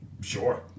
Sure